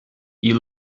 you